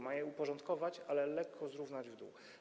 Ma je uporządkować, ale lekko zrównać w dół.